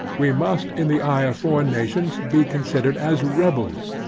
we must, in the eye of foreign nations, be considered as rebels.